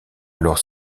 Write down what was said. alors